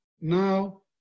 Now